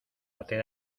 hacer